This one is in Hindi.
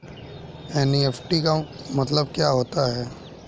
एन.ई.एफ.टी का मतलब क्या होता है?